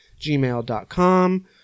gmail.com